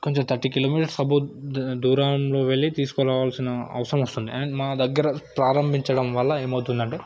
కొంచెం thirty kilometres above దూరంలో వెళ్ళి తీసుకురావాల్సిన అవసరం వస్తుంది ఆండ్ మా దగ్గర ప్రారంభించడం వల్ల ఏమి అవుతుందంటే